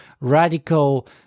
radical